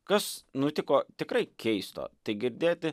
kas nutiko tikrai keisto tai girdėti